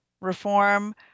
reform